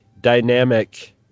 dynamic